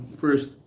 first